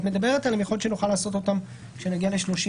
מדברת עליו יכול להיות שנוכל לעשות אותם כשנגיע לסעיף